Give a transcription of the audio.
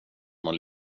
något